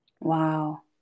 Wow